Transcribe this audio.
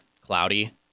cloudy